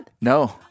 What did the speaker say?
No